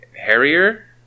Harrier